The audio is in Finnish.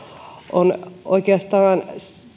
on oikeastaan